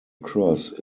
cross